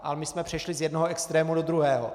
Ale my jsme přešli z jednoho extrému do druhého.